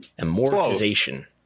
Amortization